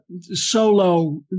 solo